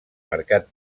mercat